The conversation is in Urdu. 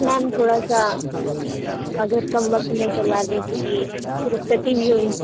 میم تھوڑا سا اگر کم وقت میں کروا لیں کیونکہ رخصتی بھی ہونی ہے